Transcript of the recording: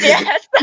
Yes